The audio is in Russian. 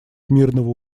мирного